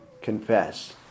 Confess